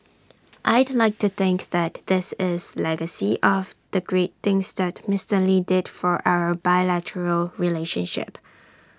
I'd like to think that this is legacy of the great things that Mister lee did for our bilateral relationship